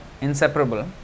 inseparable